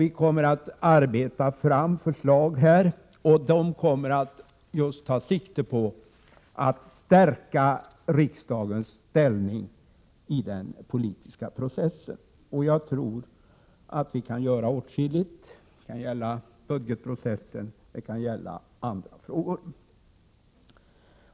Vi kommer att arbeta fram förslag som skall ta sikte på att stärka riksdagens ställning i den politiska processen. Jag tror att vi kan åstadkomma åtskilligt. Det kan gälla budgetprocessen, men även andra frågor.